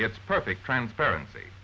its perfect transparency